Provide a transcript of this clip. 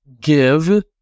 give